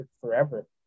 forever